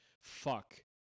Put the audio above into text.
fuck